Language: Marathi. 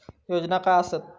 योजना काय आसत?